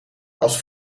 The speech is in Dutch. als